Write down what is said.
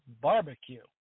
barbecue